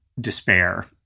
despair